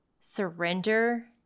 Surrender